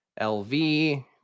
LV